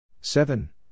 seven